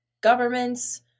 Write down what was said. governments